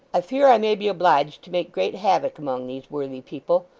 i fear i may be obliged to make great havoc among these worthy people.